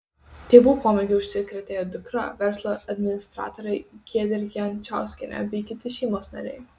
tėvų pomėgiu užsikrėtė ir dukra verslo administratorė giedrė jančauskienė bei kiti šeimos nariai